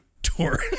tour